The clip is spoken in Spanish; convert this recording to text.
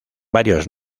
varios